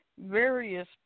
Various